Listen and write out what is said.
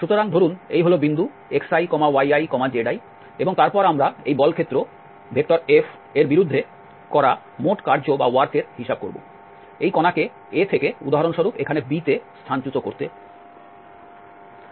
সুতরাং ধরুন এই হল বিন্দু xiyizi এবং তারপর আমরা এই বল ক্ষেত্র Fএর বিরুদ্ধে করা মোট কার্যের হিসাব করব এই কণাকে A থেকে উদাহরণস্বরূপ এখানে B তে স্থানচ্যুত করতে